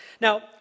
Now